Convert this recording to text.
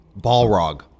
Balrog